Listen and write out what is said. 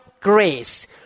grace